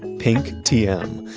pink tm.